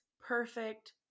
perfect